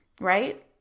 right